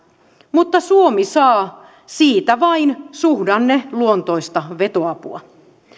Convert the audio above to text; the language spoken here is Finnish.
mutta suomi saa siitä vain suhdanneluontoista vetoapua